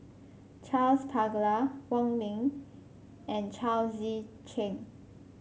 Charles Paglar Wong Ming and Chao Tzee Cheng